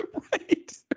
Right